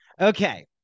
Okay